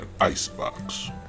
icebox